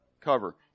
cover